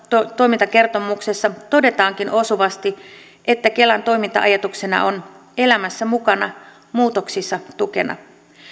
toimintakertomuksessa todetaankin osuvasti että kelan toiminta ajatuksena on elämässä mukana muutoksissa tukena